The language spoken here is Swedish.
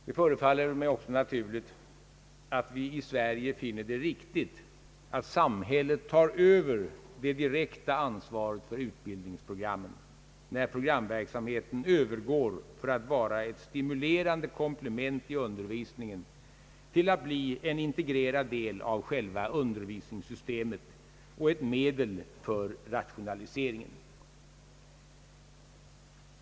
Det förefaller mig naturligt att vi i Sverige finner det riktigt att samhället tar över det direkta ansvaret för utbildningsprogrammen när programverksamheten övergår från att vara ett stimulerande komplement i undervisningen till att bli en integrerad del av själva undervisningssystemet och ett medel för rationaliseringen.